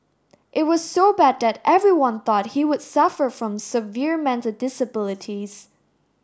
it was so bad that everyone thought he would suffer from severe mental disabilities